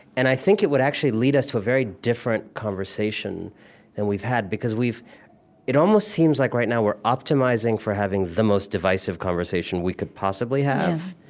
and i think it would actually lead us to a very different conversation than we've had, because we've it almost seems like right now, we're optimizing for having the most divisive conversation we could possibly have,